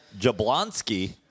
Jablonski